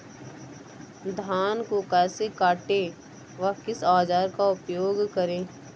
धान को कैसे काटे व किस औजार का उपयोग करें?